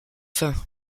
faim